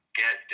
get